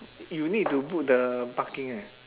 you need to book the parking eh